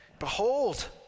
Behold